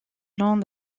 long